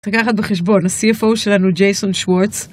תקח את זה בחשבון, ה-CFO שלנו הוא ג'ייסון שוורץ.